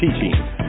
teaching